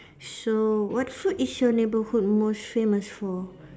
so what food is your neighbourhood most famous for